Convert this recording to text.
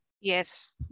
Yes